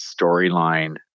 storyline